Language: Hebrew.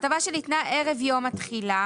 הטבה שניתנה ערב יום התחילה